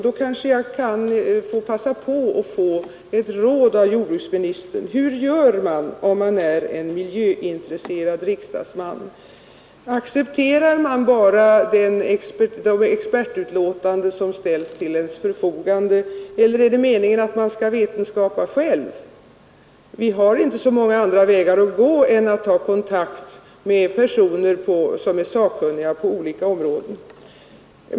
Då kanske jag kan passa på att få ett råd av jordbruksministern. Hur gör man, om man är en miljöintresserad riksdagsman? Accepterar man bara de expertutlåtanden som ställs till ens förfogande eller är det meningen att man skall vetenskapa själv. Vi har inte så många andra vägar att gå än att ta kontakt med personer som är sakkunniga på olika områden.